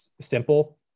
simple